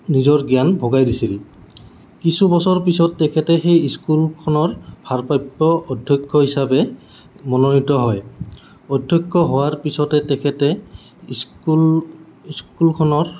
নিজৰ জ্ঞান ভগাই দিছিল কিছু বছৰৰ পিছত তেখেতে সেই স্কুলখনৰ ভাৰপ্ৰাপ্ত অধ্যক্ষ হিচাপে মনোনিত হয় অধ্যক্ষ হোৱাৰ পিছতে তেখেতে স্কুল স্কুলখনৰ